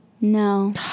No